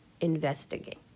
investigate